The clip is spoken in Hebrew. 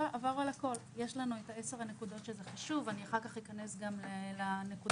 יש לנו 10 נקודות חשובות, שאחר כך אכנס גם אליהן.